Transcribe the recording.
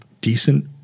decent